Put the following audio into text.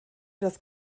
das